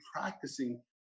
practicing